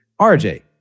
RJ